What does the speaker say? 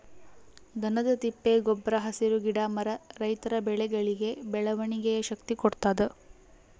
ದನದ ತಿಪ್ಪೆ ಗೊಬ್ರ ಹಸಿರು ಗಿಡ ಮರ ರೈತರ ಬೆಳೆಗಳಿಗೆ ಬೆಳವಣಿಗೆಯ ಶಕ್ತಿ ಕೊಡ್ತಾದ